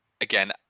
Again